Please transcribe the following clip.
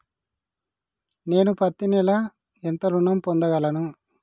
నేను పత్తి నెల ఎంత ఋణం పొందగలను?